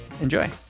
enjoy